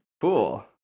Cool